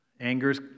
Angers